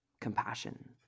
compassion